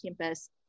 campus